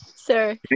Sir